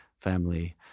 family